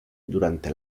durante